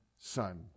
son